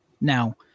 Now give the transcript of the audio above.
Now